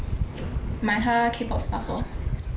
买她 kpop stuff lor